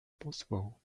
possible